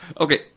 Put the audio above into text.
Okay